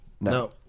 No